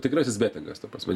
tikrasis betingas ta prasme